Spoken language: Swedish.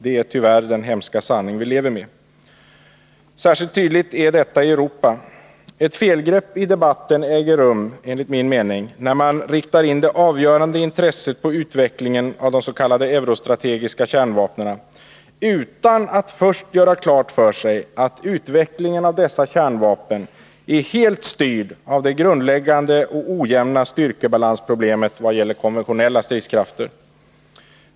Det är tyvärr den hemska sanning vi lever med. Särskilt tydligt är detta i Europa. Ett felgrepp i debatten äger enligt min mening rum när man riktar in det avgörande intresset på utvecklingen av de s.k. eurostrategiska kärnvapnen utan att först göra klart för sig att denna utveckling är helt styrd av det grundläggande styrkebalansproblemet vad gäller konventionella stridskrafter.